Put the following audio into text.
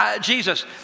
Jesus